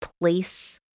place